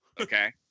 Okay